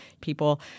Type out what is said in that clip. people